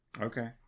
Okay